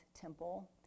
temple